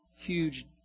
huge